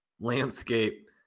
landscape